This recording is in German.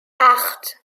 acht